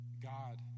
God